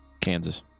kansas